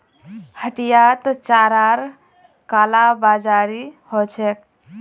हटियात चारार कालाबाजारी ह छेक